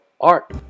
Art